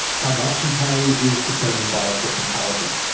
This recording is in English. how much you pay is determined by a technicality.